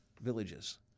villages